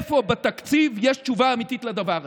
איפה בתקציב יש תשובה אמיתית לדבר הזה?